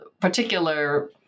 particular